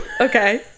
Okay